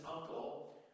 uncle